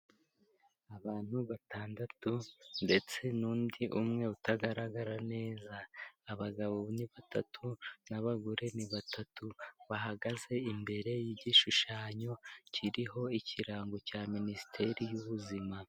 Abantu batandatu ndetse n'undi umwe utagaragara neza, abagabo ni batatu n'abagore ni batatu, bahagaze imbere y'igishushanyo kiriho ikirango cya Minisiteri y'ubuzima.